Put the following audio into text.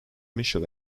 michael